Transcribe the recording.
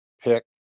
pick